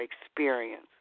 experience